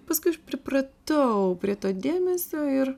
paskui aš pripratau prie to dėmesio ir